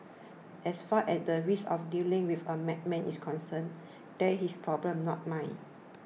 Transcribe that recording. as far as the risk of dealing with a madman is concerned that's his problem not mine